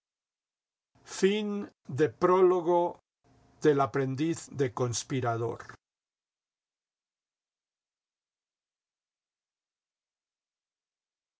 acción el aprendiz de conspirador